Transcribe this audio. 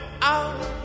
out